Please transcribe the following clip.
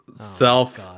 Self